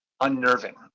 unnerving